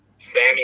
Sammy